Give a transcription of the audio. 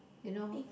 you know